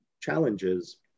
challenges